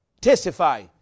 Testify